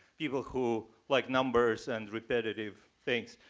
people who like numbers and repetitive things.